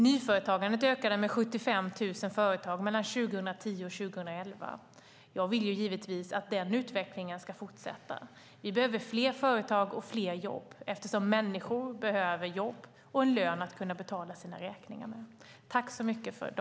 Nyföretagandet ökade med 75 000 företag 2010-2011. Jag vill givetvis att den utvecklingen ska fortsätta. Vi behöver fler företag och fler jobb, eftersom människor behöver jobb och en lön att kunna betala sina räkningar med.